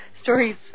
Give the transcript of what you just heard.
stories